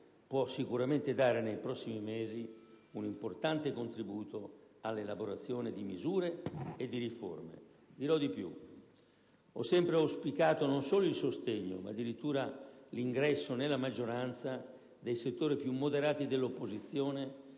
può sicuramente dare nei prossimi mesi un importante contributo all'elaborazione di misure e di riforme. Dirò di più, ho sempre auspicato, non solo il sostegno, ma addirittura l'ingresso nella maggioranza, dei settori più moderati dell'opposizione